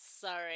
sorry